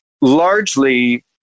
largely